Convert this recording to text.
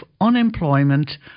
unemployment